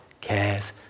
cares